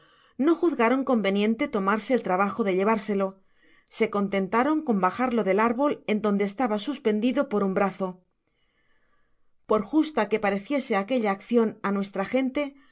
no juzgaron conveniente tomarse el trabajo de llevárselo se contentaron con bajarlo del árbol en donde estaba suspendido por un brazo por justa que pareciese aquella accion á nuestra gente